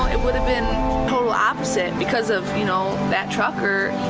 it would have been total opposite because of you know that trucker,